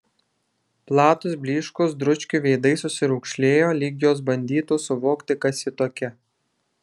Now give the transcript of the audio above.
platūs blyškūs dručkių veidai susiraukšlėjo lyg jos bandytų suvokti kas ji tokia